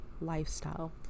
lifestyle